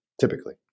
typically